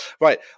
right